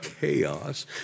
chaos